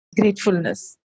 gratefulness